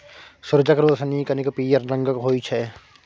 सुरजक रोशनी कनिक पीयर रंगक होइ छै